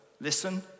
listen